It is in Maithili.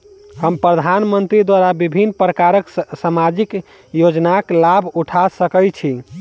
हम प्रधानमंत्री द्वारा विभिन्न प्रकारक सामाजिक योजनाक लाभ उठा सकै छी?